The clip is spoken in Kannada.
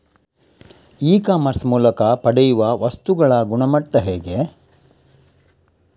ಇ ಕಾಮರ್ಸ್ ಮೂಲಕ ಪಡೆಯುವ ವಸ್ತುಗಳ ಗುಣಮಟ್ಟ ಹೇಗೆ?